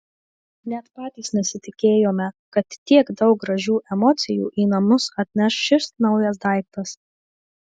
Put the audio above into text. net patys nesitikėjome kad tiek daug gražių emocijų į namus atneš šis naujas daiktas